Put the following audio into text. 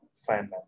Fine